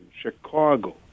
Chicago